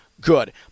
good